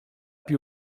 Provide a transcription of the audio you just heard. più